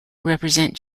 represent